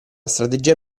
strategia